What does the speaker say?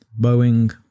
Boeing